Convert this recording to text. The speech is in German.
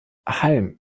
halm